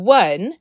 one